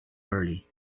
early